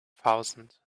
thousand